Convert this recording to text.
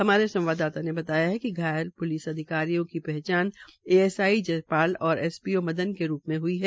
हमारे संवाददाता ने बताया कि घायल प्लिस अधिकारियों की पहचान एएसआई जयपाल और एसपीओ मदन के रूप मे हई है